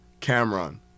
cameron